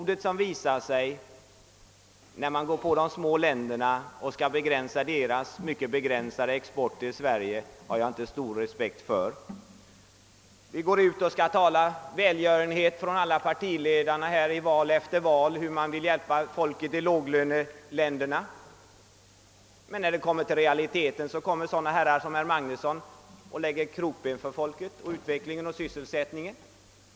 Det mod man visar när man vill begränsa de små ländernas mycket ringa export till Sverige har jag ingen respekt för. Alla partiledare går i val efter val ut och talar om välgörenhet; de vill hjälpa folken i låglöneländerna. Men när det kommer till realiteter sätter sådana herrar som Magnusson i Borås krokben för dessa folk och för deras utveckling och sysselsättning.